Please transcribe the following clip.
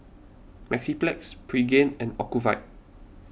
Mepilex Pregain and Ocuvite